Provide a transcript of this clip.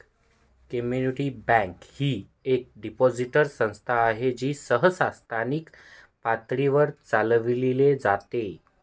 community bank ही एक depository संस्था आहे जी सहसा स्थानिक पातळीवर चालविली जाते